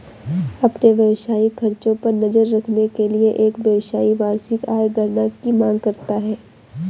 अपने व्यावसायिक खर्चों पर नज़र रखने के लिए, एक व्यवसायी वार्षिक आय गणना की मांग करता है